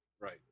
Right